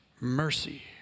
mercy